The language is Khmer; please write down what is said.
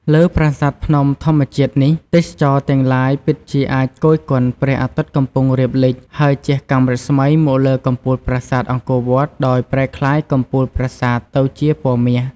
លើប្រាសាទភ្នំធម្មជាតិនេះ ទេសចរទាំងឡាយពិតជាអាចគយគន់ព្រះអាទិត្យកំពុងរៀបលិច ហើយជះកាំរស្មីមកលើកំពូលប្រាសាទអង្គរវត្តដោយប្រែក្លាយកំពូលប្រាសាទទៅជាពណ៌មាស។